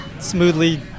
smoothly